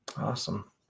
Awesome